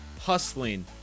hustling